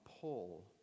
pull